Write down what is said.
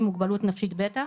עם מוגבלות נפשית בטח.